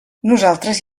nosaltres